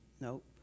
Nope